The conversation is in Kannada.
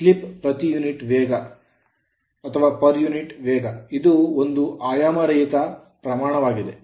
ಸ್ಲಿಪ್ ಪ್ರತಿ ಯೂನಿಟ್ ವೇಗ ಇದು ಒಂದು ಆಯಾಮರಹಿತ ಪ್ರಮಾಣವಾಗಿದೆ